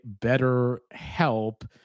BetterHelp